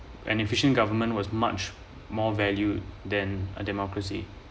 and efficient government was much more value than a democracy